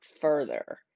further